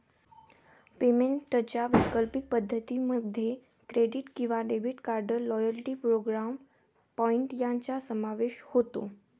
पेमेंटच्या वैकल्पिक पद्धतीं मध्ये क्रेडिट किंवा debit card, loyalty program point यांचा समावेश होतो